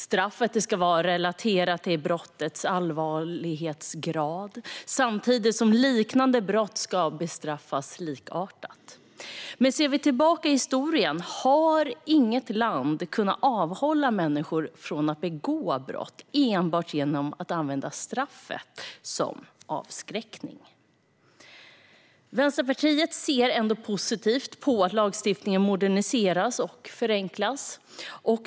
Straffet ska vara relaterat till brottets allvarlighetsgrad, samtidigt som liknande brott ska bestraffas likartat. Men ser vi tillbaka i historien har inget land kunnat avhålla människor från att begå brott enbart genom att använda straffet som avskräckning. Vänsterpartiet ser ändå positivt på att lagstiftningen moderniseras och förenklas.